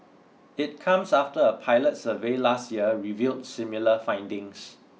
it comes after a pilot survey last year revealed similar findings